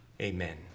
amen